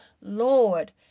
Lord